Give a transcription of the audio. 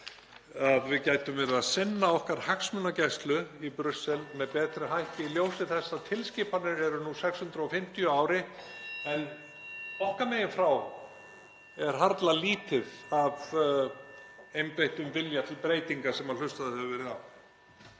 að við gætum verið að sinna okkar hagsmunagæslu í Brussel með betri hætti í ljósi þess að tilskipanir eru nú 650 á ári (Forseti hringir.) en okkar megin frá er harla lítið af einbeittum vilja til breytinga sem hlustað hefur verið á?